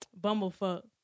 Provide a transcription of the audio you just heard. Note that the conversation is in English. bumblefuck